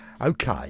Okay